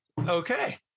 Okay